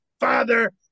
Father